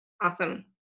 awesome